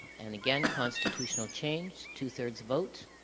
and again constitutional change two three vote